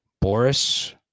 Boris